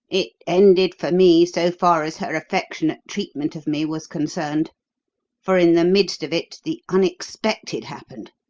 it ended for me, so far as her affectionate treatment of me was concerned for in the midst of it the unexpected happened.